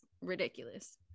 ridiculous